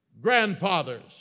grandfathers